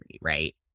right